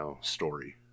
story